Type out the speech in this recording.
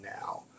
now